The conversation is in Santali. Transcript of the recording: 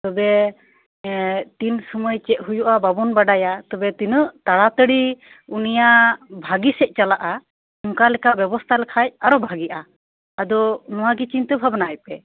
ᱛᱚᱵᱮ ᱛᱤᱱ ᱥᱚᱢᱚᱭ ᱪᱮᱫ ᱦᱩᱭᱩᱜᱼᱟ ᱵᱟᱵᱚᱱ ᱵᱟᱰᱟᱭᱟ ᱛᱤᱱᱟᱹᱜ ᱛᱟᱲᱟ ᱛᱟᱲᱤ ᱩᱱᱤᱭᱟᱜ ᱵᱷᱟᱜᱤ ᱥᱮᱫ ᱪᱟᱞᱟᱜᱼᱟ ᱚᱱᱠᱟ ᱞᱮᱠᱟ ᱵᱮᱵᱚᱥᱛᱟ ᱞᱮᱠᱷᱟᱡ ᱟᱨ ᱵᱷᱟᱜᱤᱜᱼᱟ ᱟᱫᱚ ᱱᱚᱣᱟ ᱜᱮ ᱪᱤᱱᱛᱟᱹ ᱵᱷᱟᱵᱱᱟᱭᱯᱮ